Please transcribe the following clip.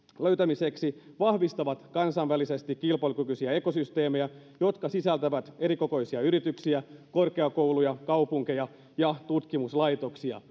löytämiseksi vahvistavat kansainvälisesti kilpailukykyisiä ekosysteemejä jotka sisältävät erikokoisia yrityksiä korkeakouluja kaupunkeja ja tutkimuslaitoksia